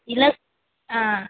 இல்லை ஆ